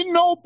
no